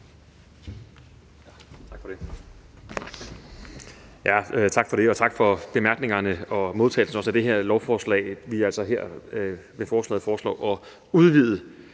Tak for det,